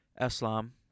Islam